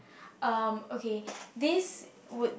um okay this would